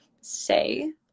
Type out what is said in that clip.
say